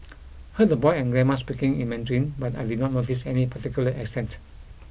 heard the boy and grandma speaking in Mandarin but I did not notice any particular accent